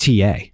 TA